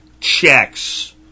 checks